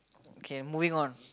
K moving on